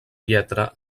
lletra